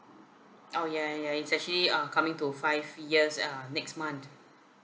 oh ya ya ya it's actually uh coming to five years uh next month